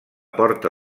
porta